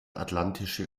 atlantische